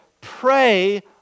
pray